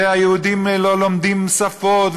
והיהודים לא לומדים שפות,